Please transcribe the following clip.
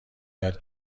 یاد